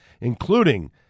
including